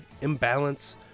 imbalance